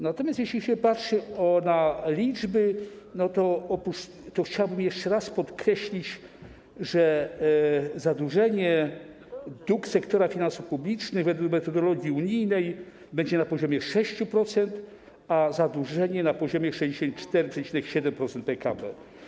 Natomiast jeśli patrzy się na liczby, to chciałbym jeszcze raz podkreślić, że zadłużenie, dług sektora finansów publicznych według metodologii unijnej będzie na poziomie 6%, a zadłużenie - na poziomie 64,7% PKB.